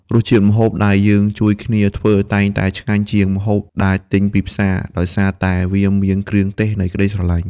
រសជាតិម្ហូបដែលយើងជួយគ្នាធ្វើ តែងតែឆ្ងាញ់ជាងម្ហូបដែលទិញពីផ្សារ ដោយសារតែវាមាន "គ្រឿងទេសនៃក្ដីស្រឡាញ់"។